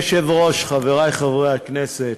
אדוני היושב-ראש, חברי חברי הכנסת,